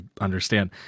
understand